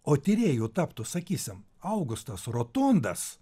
o tyrėju taptų sakysim augustas rotondas